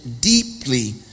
deeply